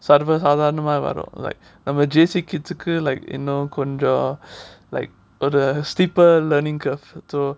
சர்வ சாதாரணமா வரும்:sarva saathaaranamaa varum like I'm a J_C kid கு:ku like you know இன்னும் கொஞ்சம் ஒரு:innum konjam oru like a steeper learning curve so